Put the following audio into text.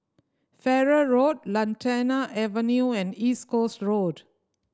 Farrer Road Lantana Avenue and East Coast Road